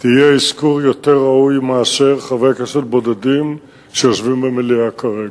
ויהיה אזכור יותר ראוי מאשר חברי כנסת בודדים שיושבים במליאה כרגע.